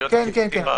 כן, כן.